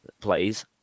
plays